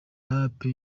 rape